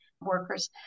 workers